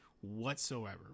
whatsoever